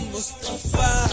Mustafa